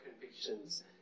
convictions